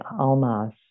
Almas